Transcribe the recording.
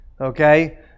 okay